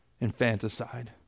infanticide